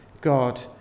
God